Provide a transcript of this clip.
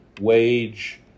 wage